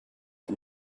and